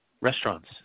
restaurants